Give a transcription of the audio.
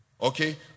Okay